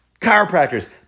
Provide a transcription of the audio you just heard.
Chiropractors